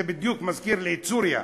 זה מזכיר לי בדיוק את סוריה,